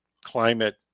climate